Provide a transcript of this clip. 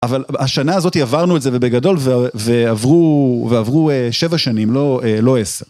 אבל השנה הזאת עברנו את זה בגדול ועברו ועברו שבע שנים, לא עשר.